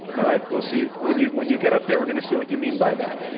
all right. we'll see when you when you get up there, we're going to see what you mean by that.